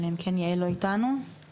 אני בטוחה שאני גם לא היחידה שלא כל